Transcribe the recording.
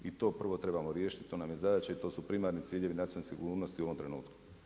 I to prvo trebamo riješiti, to vam je zadaća i to su primarni ciljevi nacionalne sigurnosti u ovom trenutku.